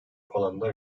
alanda